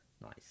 nice